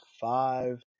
five